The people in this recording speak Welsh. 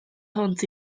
hwnt